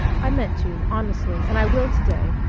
i meant to, honestly, and i will to-day.